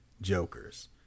Jokers